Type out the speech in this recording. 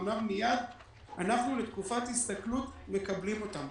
אמרנו מיד אנחנו לתקופת הסתכלות מקבלים אותם.